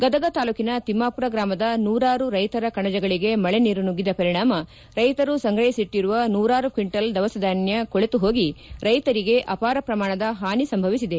ಗದಗ ತಾಲೂಕಿನ ಕಿಮ್ಮಾಪುರ ಗ್ರಾಮದ ನೂರಾರು ರೈತರ ಕಣಜಗಳಿಗೆ ಮಳೆ ನೀರು ನುಗ್ಗಿದ ಪರಿಣಾಮವಾಗಿ ರೈತರು ಸಂಗ್ರಹಿಸಿ ಇಟ್ಟರುವ ನೂರಾರು ಕ್ಷಂಟಲ್ ದವಸ ಧಾನ್ಯ ಕೊಳೆತು ಹೋಗಿ ರೈತರಿಗೆ ಅಪಾರ ಪ್ರಮಾಣದ ಪಾನಿ ಸಂಭವಿಸಿದೆ